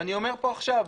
ואני אומר פה עכשיו,